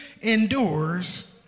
endures